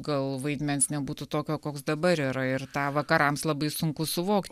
gal vaidmens nebūtų tokio koks dabar yra ir tą vakarams labai sunku suvokti